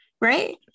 right